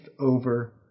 over